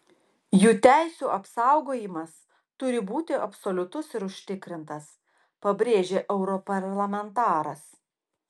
jų teisių apsaugojimas turi būti absoliutus ir užtikrintas pabrėžė europarlamentaras